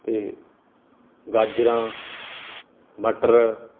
ਅਤੇ ਗਾਜਰਾਂ ਮਟਰ